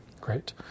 Great